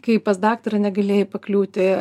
kai pas daktarą negalėjai pakliūti